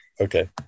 Okay